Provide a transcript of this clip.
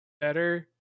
better